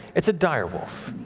it's a dire wolf